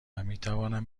میتوانم